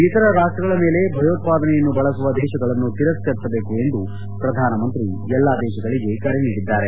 ಇತರ ರಾಷ್ಟಗಳ ಮೇಲೆ ಭಯೋತ್ವಾದನೆಯನ್ನು ಬಳಸುವ ದೇಶಗಳನ್ನು ತಿರಸ್ಕರಿಸಬೇಕು ಎಂದು ಪ್ರಧಾನಮಂತ್ರಿ ಎಲ್ಲ ದೇಶಗಳಿಗೆ ಕರೆ ನೀಡಿದ್ದಾರೆ